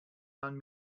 man